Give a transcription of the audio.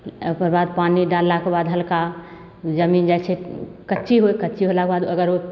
ओकर बाद पानी डाललाके बाद हल्का जमीन जाइ छै कच्ची होइ कच्ची होलाके बाद अगर